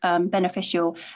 beneficial